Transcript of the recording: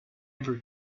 every